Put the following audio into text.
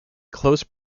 close